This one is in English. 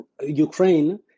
Ukraine